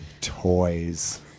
Toys